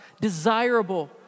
desirable